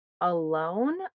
alone